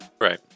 right